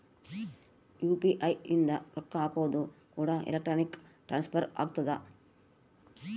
UPI ಇಂದ ರೊಕ್ಕ ಹಕೋದು ಕೂಡ ಎಲೆಕ್ಟ್ರಾನಿಕ್ ಟ್ರಾನ್ಸ್ಫರ್ ಆಗ್ತದ